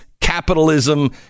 capitalism